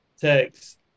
text